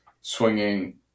swinging